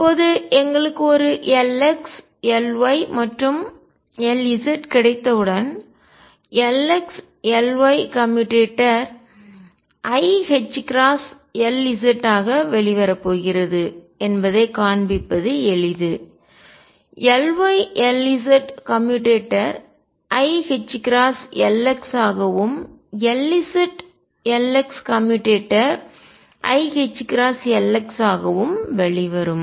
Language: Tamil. இப்போது எங்களுக்கு ஒரு Lx Ly மற்றும் Lz கிடைத்தவுடன் Lx Ly கம்யூட்டேட்டர் iℏLz ஆக வெளிவரப் போகிறது என்பதைக் காண்பிப்பது எளிது Ly Lz கம்யூட்டேட்டர் iℏLx ஆகவும் Lz Lxகம்யூட்டேட்டர் பரிமாற்றி iℏLx ஆகவும் வரும்